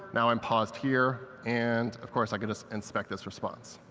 now i'm paused here. and of course, i can just inspect this response.